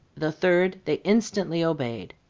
the third they instantly obeyed.